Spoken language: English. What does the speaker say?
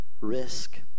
risk